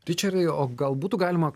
ričardai o gal būtų galima